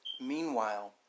Meanwhile